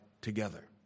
together